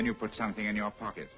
when you put something in your pocket